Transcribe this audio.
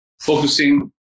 focusing